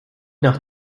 nach